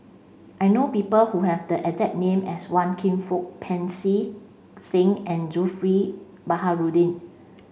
I know people who have the exact name as Wan Kam Fook Pancy Seng and Zulkifli Baharudin